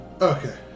Okay